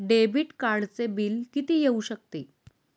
Debit कार्डचे bill किती येऊ शकते?